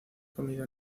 comido